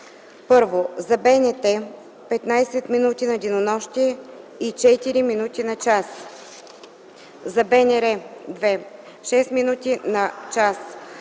1. за БНТ – 15 минути на денонощие и 4 минути на час; 2. за БНР – 6 минути на час.